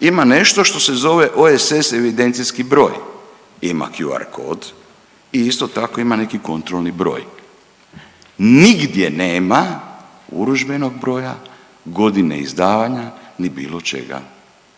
ima nešto što se zove OSS evidencijski broj, ima QR kod i isto tako ima neki kontrolni broj, nigdje nema urudžbenog broja, godine izdavanja ni bilo čega